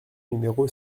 numéro